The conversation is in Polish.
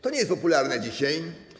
To nie jest popularne dzisiaj.